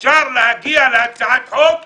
אפשר להגיע להצעת חוק בפשרה,